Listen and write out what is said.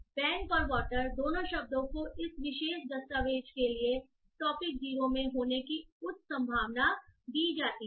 bank और water दोनों शब्दों को इस विशेष दस्तावेज़ के लिए टॉपिक 0 में होने की उच्च संभावना दी जाती है